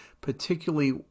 particularly